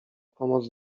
pomoc